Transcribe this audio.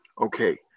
okay